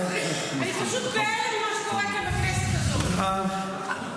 והוא עוד מתלונן --- טוב,